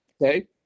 Okay